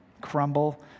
crumble